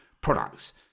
products